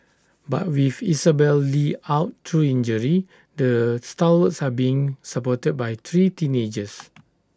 but with Isabelle li out through injury the stalwarts are being supported by three teenagers